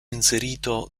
inserito